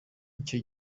icyo